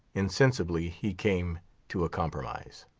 insensibly he came to a compromise.